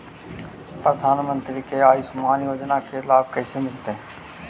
प्रधानमंत्री के आयुषमान योजना के लाभ कैसे मिलतै?